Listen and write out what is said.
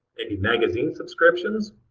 any magazine subscriptions,